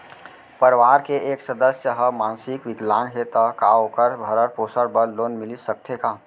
परवार के एक सदस्य हा मानसिक विकलांग हे त का वोकर भरण पोषण बर लोन मिलिस सकथे का?